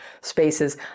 spaces